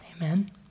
Amen